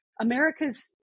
America's